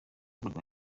urubuga